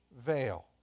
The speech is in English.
veil